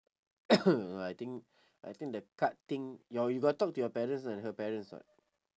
uh I think I think the card thing your you got talk to your parents and her parents or not